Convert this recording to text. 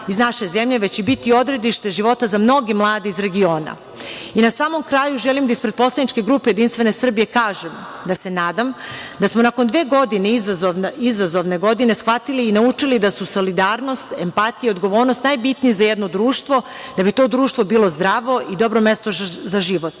samom kraju, želim da ispred poslaničke grupe Jedinstvene Srbije, kažem, da se nadam da smo nakon dve godine, izazovne godine, shvatili i naučili da su solidarnost, empatija, odgovornost najbitniji za jedno društvo, da bi to društvo bilo zdravo i dobro mesto za život.